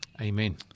Amen